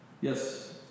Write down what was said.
Yes